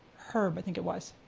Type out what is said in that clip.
herb, i think it was.